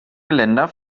geländer